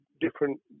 different